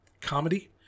comedy